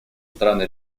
страны